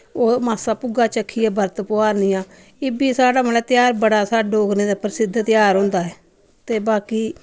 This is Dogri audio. ओह् मास्सा भुग्गा चक्खियै बर्त पोआरनियां एह् बी साढ़ा मतलब तेहार बड़ा साढ़ा डोगरें दा प्रसिद्ध तेहार होंदा ऐ ते बाकी